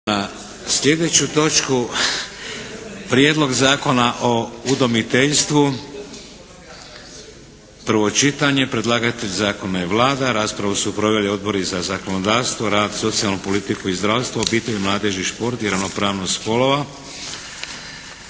na sljedeću točku: 2. Prijedlog zakona o udomiteljstvu, prvo čitanje, P.Z. br. 687 Predlagatelj Zakona je Vlada. Raspravu su proveli Odbori za zakonodavstvo, rad, socijalnu politiku i zdravstvo, obitelj, mladež i šport i ravnopravnost spolova.